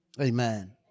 Amen